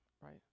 right